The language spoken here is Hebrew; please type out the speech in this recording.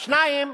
דבר שני,